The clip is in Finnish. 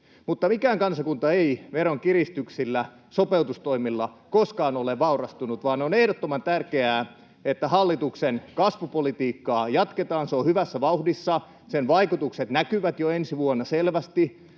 Mutta mikään kansakunta ei veronkiristyksillä, sopeutustoimilla koskaan ole vaurastunut, vaan on ehdottoman tärkeää, että hallituksen kasvupolitiikkaa jatketaan. Se on hyvässä vauhdissa, sen vaikutukset näkyvät jo ensi vuonna selvästi